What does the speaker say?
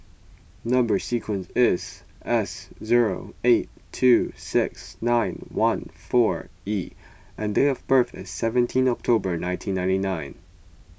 Number Sequence is S zero eight two six nine one four E and date of birth is seventeen October nineteen ninety nine